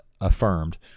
affirmed